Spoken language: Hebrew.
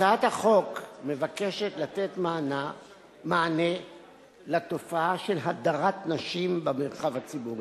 הצעת החוק מבקשת לתת מענה לתופעה של הדרת נשים במרחב הציבורי.